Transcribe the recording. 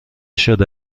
شده